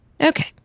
Okay